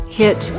hit